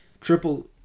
Triple